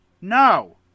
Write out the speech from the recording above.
No